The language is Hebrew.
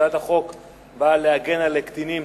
הצעת החוק באה להגן על קטינים